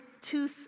two